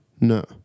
No